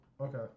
Okay